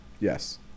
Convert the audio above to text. Yes